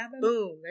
boom